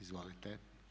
Izvolite.